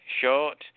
short